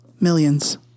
Millions